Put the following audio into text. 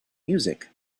music